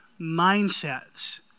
mindsets